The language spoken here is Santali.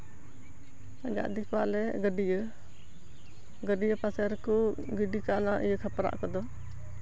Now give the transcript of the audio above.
ᱯᱟᱸᱡᱟ ᱤᱫᱤ ᱠᱚᱣᱟ ᱞᱮ ᱜᱟᱹᱰᱭᱟ ᱜᱟᱹᱰᱭᱟ ᱯᱟᱥᱮ ᱨᱮᱠᱚ ᱜᱤᱰᱤ ᱠᱟᱜᱼᱟ ᱤᱭᱟᱹ ᱚᱱᱟ ᱠᱷᱟᱯᱨᱟ ᱠᱚᱫᱚ